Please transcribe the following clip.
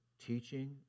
teaching